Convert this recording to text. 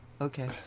Okay